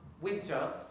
winter